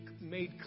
made